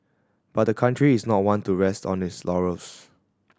but the country is not one to rest on its laurels